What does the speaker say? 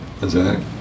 Zach